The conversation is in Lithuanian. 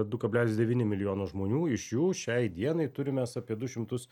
du kablelis devyni milijono žmonių iš jų šiai dienai turim mes apie du šimtus